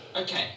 okay